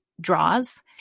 draws